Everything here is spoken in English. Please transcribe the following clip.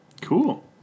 Cool